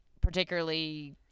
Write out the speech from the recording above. particularly